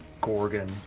Gorgon